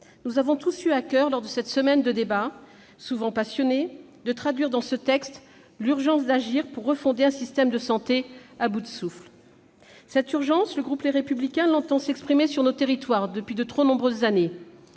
nous avons tous eu à coeur, lors de cette semaine de débats souvent passionnés, de traduire dans ce texte l'urgence d'agir pour refonder un système de santé à bout de souffle. Cette urgence, les membres du groupe Les Républicains l'entendent dans les territoires depuis de trop nombreuses années.